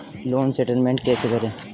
Loan settlement कैसे करें?